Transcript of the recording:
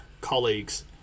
colleagues